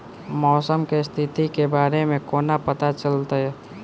मौसम केँ स्थिति केँ बारे मे कोना पत्ता चलितै?